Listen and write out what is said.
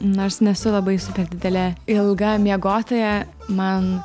nors nesu labai super didele ilga miegotoja man